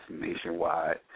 nationwide